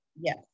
Yes